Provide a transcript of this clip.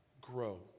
Grow